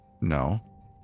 No